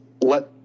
let